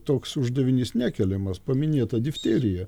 toks uždavinys nekeliamas paminėta difterija